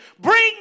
bring